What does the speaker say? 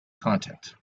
content